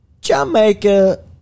Jamaica